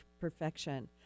perfection